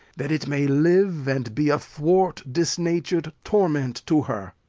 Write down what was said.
that it may live and be a thwart disnatur'd torment to her.